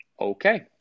Okay